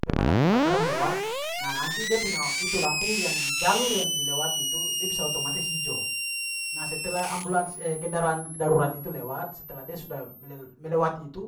Pemadam kebakaran lewat nah nanti dia punya itu lampu yang di jalur yang dilewat itu dia bisa otomatis hijau. Nah, setelah ambulance eh kendaraan darurat itu lewat setelah dia sudah melewati itu